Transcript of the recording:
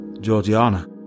Georgiana